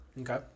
Okay